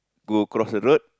go across the road